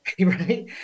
right